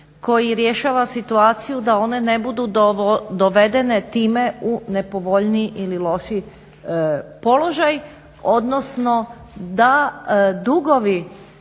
koji rješava situaciju da one ne budu dovedene time u nepovoljniji ili lošiji položaj, odnosno da dugovi